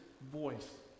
voice